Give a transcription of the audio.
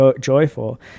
joyful